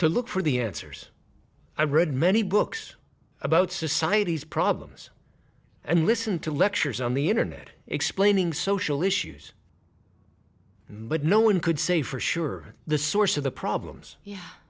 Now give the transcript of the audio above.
to look for the answers i read many books about society's problems and listen to lectures on the internet explaining social issues but no one could say for sure the source of the problems y